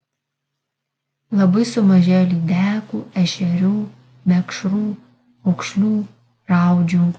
labai sumažėjo lydekų ešerių mekšrų aukšlių raudžių